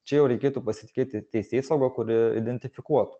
čia jau reikėtų pasitikėti teisėsauga kuri identifikuotų